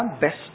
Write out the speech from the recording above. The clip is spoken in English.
best